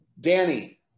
Danny